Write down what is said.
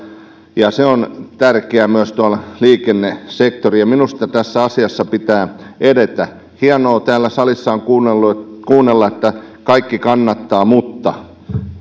ja se on tärkeää myös liikennesektorilla ja minusta tässä asiassa pitää edetä on hienoa täällä salissa kuunnella että kaikki kannattavat mutta